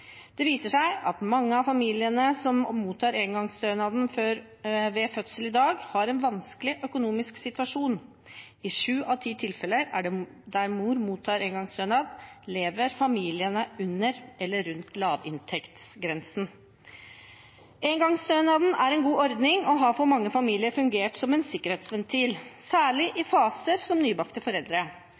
Det viser seg at mange av familiene som mottar engangsstønaden ved fødsel i dag, har en vanskelig økonomisk situasjon. I sju av ti tilfeller der mor mottar engangsstønad, lever familiene under eller rundt lavinntektsgrensen. Engangsstønaden er en god ordning og har for mange familier fungert som en sikkerhetsventil, særlig i faser som nybakte foreldre.